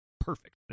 perfect